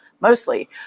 mostly